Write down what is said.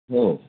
हो